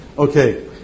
Okay